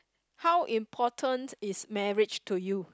how important is marriage to you